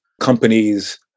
companies